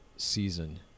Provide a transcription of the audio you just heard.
season